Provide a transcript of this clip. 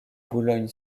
boulogne